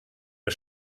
der